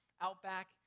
Outback